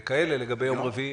לגבי יום רביעי